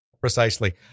Precisely